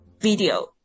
video